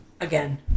again